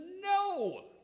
no